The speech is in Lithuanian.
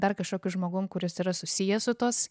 dar kašokiu žmogum kuris yra susijęs su tos